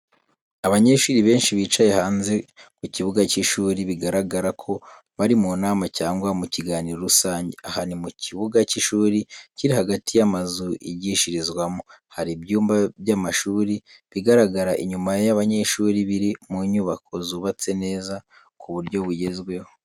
Abanyeshuri benshi bicaye hanze ku kibuga cy’ishuri, bigaragara ko bari mu nama cyangwa mu kiganiro rusange. Aha ni mu kibuga cy’ishuri kiri hagati y’amazu yigishirizwamo. Hari ibyumba by'amashuri bigaragara inyuma y’abanyeshuri, biri mu nyubako zubatse neza ku buryo bugezweho.